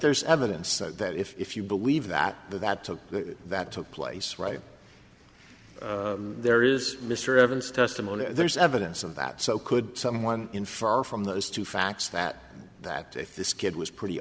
there's evidence that if you believe that the that took that took place right there is mr evidence testimony there's evidence of that so could someone in far from those two facts that that if this kid was pretty